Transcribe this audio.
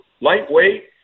Lightweight